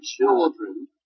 children